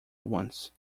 once